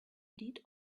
did